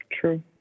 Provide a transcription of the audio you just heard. True